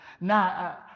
Now